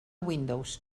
windows